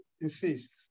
insist